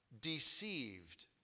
deceived